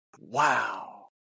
Wow